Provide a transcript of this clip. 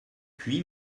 puis